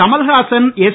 Kamal Haasan S